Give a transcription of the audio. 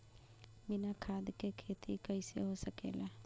बिना खाद के खेती कइसे हो सकेला?